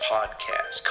Podcast